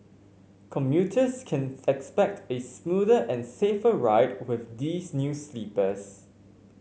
commuters can expect a smoother and safer ride with these new sleepers